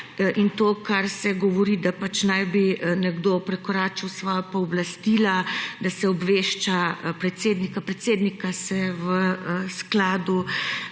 in to, kar se govori, da pač naj bi nekdo prekoračil svoja pooblastila, da se obvešča predsednika. Predsednika se v skladu